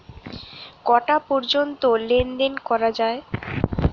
কটা পর্যন্ত লেন দেন করা য়ায়?